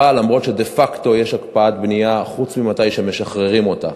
אף שיש הקפאת בנייה דה-פקטו חוץ מאשר כשמשחררים אותם.